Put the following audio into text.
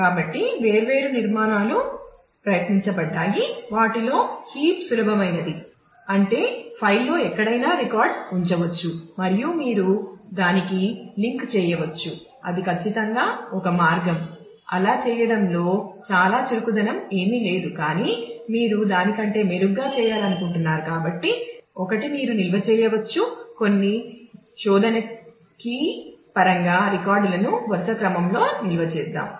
కాబట్టి వేర్వేరు నిర్మాణాలు ప్రయత్నించబడ్డాయి వాటిలో హీప్ పరంగా రికార్డులను వరుస క్రమంలో నిల్వ చేద్దాం